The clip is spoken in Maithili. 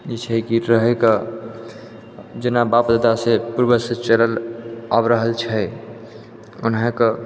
जे छै कि रहै कऽ जेना बाप ददासँ चलि आबि रहल छै ओनाहि कऽ